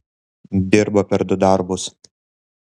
dirba per du darbus